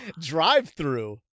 Drive-through